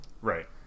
Right